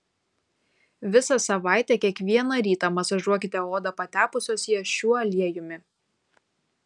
visą savaitę kiekvieną rytą masažuokite odą patepusios ją šiuo aliejumi